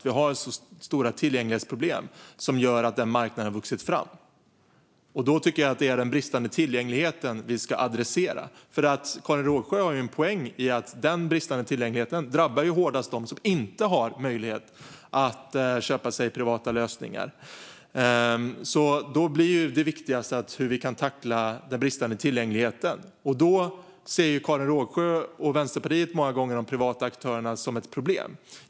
Vi har stora tillgänglighetsproblem, och det har gjort att denna marknad har vuxit fram. Jag tycker därför att det är den bristande tillgängligheten som vi ska adressera. Karin Rågsjö har en poäng i att den bristande tillgängligheten drabbar dem hårdast som inte har möjlighet att köpa sig privata lösningar. Det viktigaste blir därför hur vi kan tackla den bristande tillgängligheten. Karin Rågsjö och Vänsterpartiet ser många gånger de privata aktörerna som ett problem här.